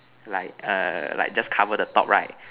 like a like just cover the top right